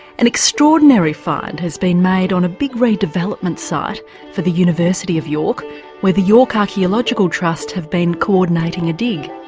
an extraordinary find has been made on a big redevelopment site for the university of york where the york archaeological trust have been coordinating a dig.